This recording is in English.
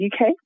UK